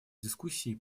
дискуссии